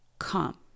come